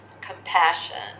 compassion